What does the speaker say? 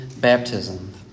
baptism